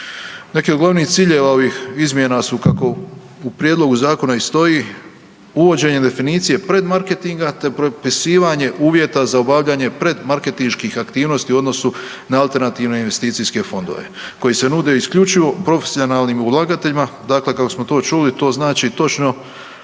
Neki od glavnih ciljeva ovih izmjena su kako u prijedlogu zakona i stoji uvođenje definicije pred marketinga te propisivanje uvjeta za obavljanje pred marketinških aktivnosti u odnosu na alternativne investicijske fondove koji se nude isključivo profesionalnim ulagateljima, dakle kako smo čuli to znači točno